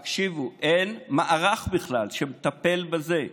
תקשיבו, אין בכלל מערך שמטפל בזה,